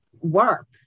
work